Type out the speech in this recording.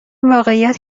واقعیت